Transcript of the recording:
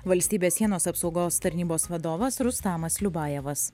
valstybės sienos apsaugos tarnybos vadovas rustamas liubajevas